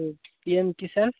ଆଉ P M Kisan